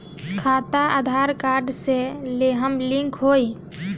खाता आधार कार्ड से लेहम लिंक होई?